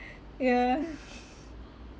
yeah